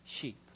sheep